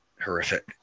horrific